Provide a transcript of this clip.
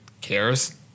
cares